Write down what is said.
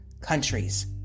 countries